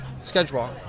schedule